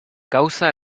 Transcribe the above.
causa